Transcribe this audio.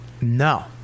No